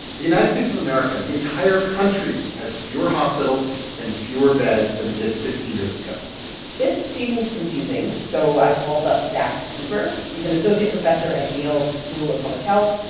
the united states of america, the entire country, has fewer hospitals and fewer beds than it did fifty years ago this seems confusing, so i called up zack cooper. he's an associate professor at yale's school of public health.